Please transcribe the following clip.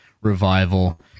revival